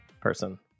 person